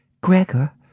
Gregor